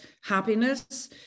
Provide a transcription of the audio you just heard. happiness